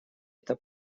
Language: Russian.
это